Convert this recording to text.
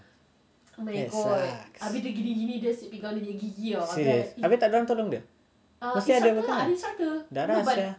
that sucks serious habis tak ada orang tolong dia mesti ada kan darah sia